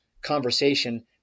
conversation